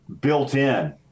built-in